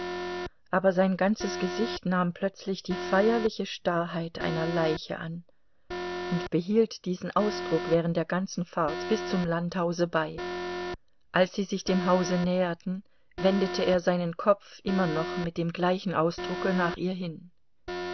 aber sein ganzes gesicht nahm plötzlich die feierliche starrheit einer leiche an und behielt diesen ausdruck während der ganzen fahrt bis zum landhause bei als sie sich dem hause näherten wendete er seinen kopf immer noch mit dem gleichen ausdrucke nach ihr hin